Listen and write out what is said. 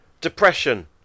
DEPRESSION